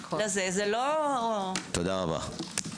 תודה רבה.